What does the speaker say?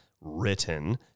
written